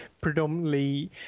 predominantly